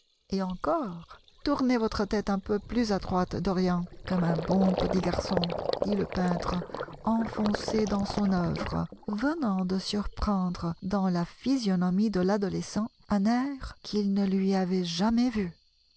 et encore tournez votre tête un peu plus à droite dorian comme un bon petit garçon dit le peintre enfoncé dans son œuvre venant de surprendre dans la physionomie de l'adolescent un air qu'il ne lui avait jamais vu